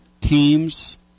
teams